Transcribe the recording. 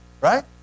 Right